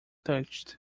touched